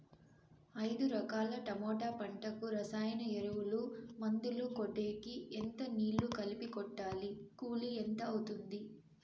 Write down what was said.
ఐదు ఎకరాల టమోటా పంటకు రసాయన ఎరువుల, మందులు కొట్టేకి ఎంత నీళ్లు కలిపి కొట్టాలి? కూలీ ఎంత అవుతుంది?